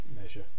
measure